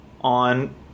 on